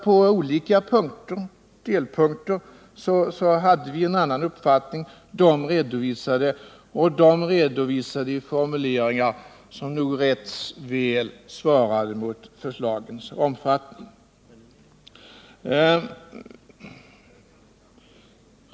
På olika punkter hade vi en annan uppfattning än regeringen, och det redovisade vi i formuleringar som nog rätt väl svarade mot förslagens omfattning.